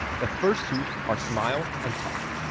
the first two are smile and touch.